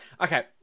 Okay